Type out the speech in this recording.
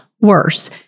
worse